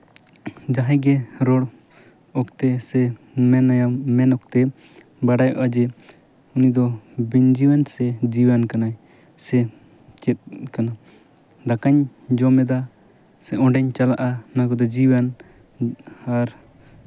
ᱡᱟᱦᱟᱸᱭ ᱜᱮ ᱨᱚᱲ ᱚᱠᱛᱮ ᱥᱮ ᱢᱮᱱᱮᱭᱟᱢ ᱢᱮᱱ ᱚᱠᱛᱮ ᱵᱟᱲᱟᱭᱚᱜᱼᱟ ᱡᱮ ᱩᱱᱤ ᱫᱚ ᱵᱤᱱ ᱡᱤᱣᱤᱭᱟᱱ ᱥᱮ ᱡᱤᱣᱤᱣᱟᱱ ᱠᱟᱱᱟᱭ ᱥᱮ ᱪᱮᱫ ᱞᱮᱠᱟᱱ ᱫᱟᱠᱟᱧ ᱡᱚᱢ ᱮᱫᱟ ᱥᱮ ᱚᱸᱰᱮᱧ ᱪᱟᱞᱟᱜᱼᱟ ᱱᱚᱣᱟ ᱠᱚᱫᱚ ᱡᱤᱣᱤᱭᱟᱱ ᱟᱨ